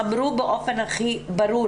אמרו באופן הכי ברור